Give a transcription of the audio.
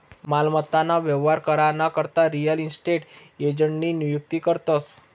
मालमत्ता ना व्यवहार करा ना करता रियल इस्टेट एजंटनी नियुक्ती करतस